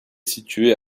située